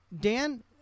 Dan